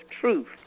truth